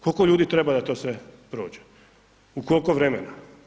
Koliko ljudi treba da to sve prođe, u kolko vremena?